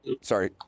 Sorry